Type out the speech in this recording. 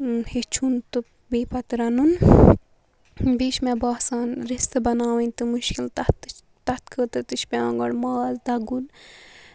ہیٚچھُن تہٕ بیٚیہِ پَتہٕ رَنُن بیٚیہِ چھِ مےٚ باسان رِستہٕ بَناوٕنۍ تہٕ مُشکِل تَتھ تہِ تَتھ خٲطرٕ تہِ چھِ پیٚوان گۄڈٕ ماز دَگُن